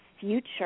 future